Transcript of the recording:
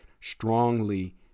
strongly